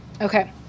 Okay